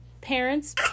parents